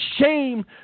shame